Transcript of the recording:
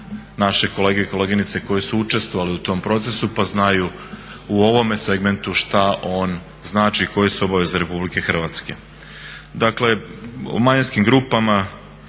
naše kolegice i kolege koje su sudjelovali u tom procesu pa znaju u ovome segmentu što on znači i koje su obaveze RH. Dakle o manjinskim grupama